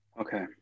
Okay